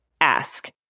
ask